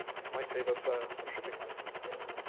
which might save us ah some shipping money.